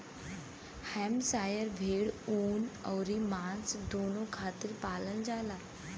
Hampshire भेड़ ऊन अउरी मांस दूनो खातिर पालल जाला